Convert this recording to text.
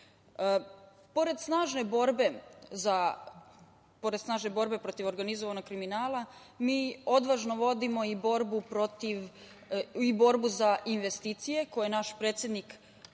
snažne borbe protiv organizovanog kriminala, mi odvažno vodimo i borbu za investicije koje je naš predsednik pre